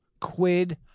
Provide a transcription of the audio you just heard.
Quid